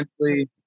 essentially